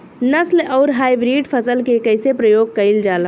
नस्ल आउर हाइब्रिड फसल के कइसे प्रयोग कइल जाला?